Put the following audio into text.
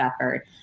effort